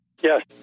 Yes